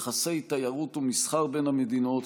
יחסי תיירות ומסחר בין המדינות